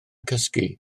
cysgu